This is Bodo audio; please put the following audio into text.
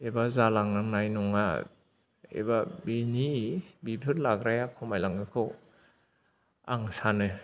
एबा जालांनाय नङा एबा बिनि बिफोर लाग्राया खमायलाङोखौ आं सानो